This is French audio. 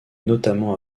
notamment